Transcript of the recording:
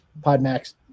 PodMax